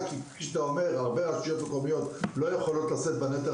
כי הרבה רשויות מקומיות לא יכולות לשאת בנטל